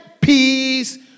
peace